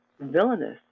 villainous